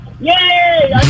Yay